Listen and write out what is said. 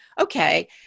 okay